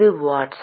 இது வாட்ஸ்